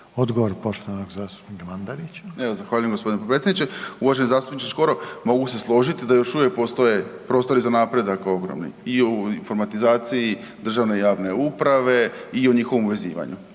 Odgovor poštovanog zastupnika Mandarića. **Mandarić, Marin (HDZ)** Evo zahvaljujem g. potpredsjedniče. Uvaženi zastupniče Škoro, mogu se složiti da još uvijek postoje prostori za napredak ogromni i u informatizaciji državne i javne uprave i u njihovom uvezivanju